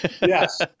Yes